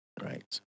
right